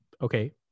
okay